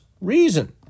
reason